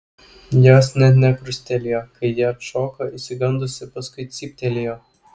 jos net nekrustelėjo kai ji atšoko išsigandusi paskui cyptelėjo